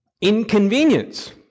inconvenience